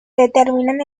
determinan